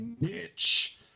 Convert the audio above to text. niche